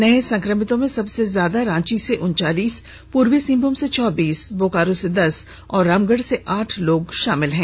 नए संक्रमितों में सबसे ज्यादा रांची से उनचालीस पूर्वी सिंहभूम से चौबीस बोकारो से दस और रामगढ़ से आठ लोग शामिल हैं